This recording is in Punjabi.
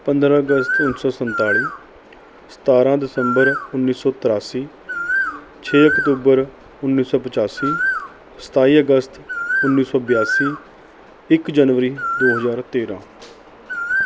ਪੰਦਰਾਂ ਅਗਸਤ ਉੱਨੀ ਸੌ ਸੰਤਾਲੀ ਸਤਾਰਾਂ ਦਸੰਬਰ ਉੱਨੀ ਸੌ ਤ੍ਰਿਆਸੀ ਛੇ ਅਕਤੂਬਰ ਉੱਨੀ ਸੌ ਪਚਾਸੀ ਸਤਾਈ ਅਗਸਤ ਉੱਨੀ ਸੌ ਬਿਆਸੀ ਇੱਕ ਜਨਵਰੀ ਦੋ ਹਜ਼ਾਰ ਤੇਰ੍ਹਾਂ